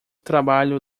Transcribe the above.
trabalho